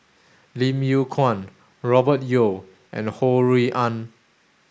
Lim Yew Kuan Robert Yeo and Ho Rui An